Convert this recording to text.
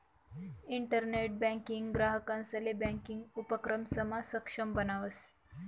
internet banking ग्राहकंसले banking उपक्रमसमा सक्षम बनावस